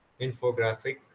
infographic